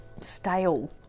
stale